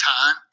time